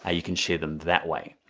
ah you can share them that way.